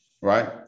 right